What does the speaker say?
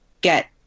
Get